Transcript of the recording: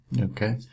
Okay